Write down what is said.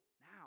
now